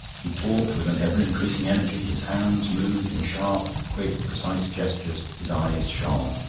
he talked with an ever-increasing energy, his hands moved in sharp, quick, precise gestures, his eyes shone.